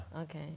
Okay